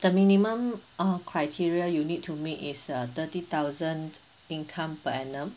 the minimum uh criteria you need to make is uh thirty thousand income per annum